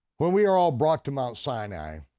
when we were all brought to mount sinai,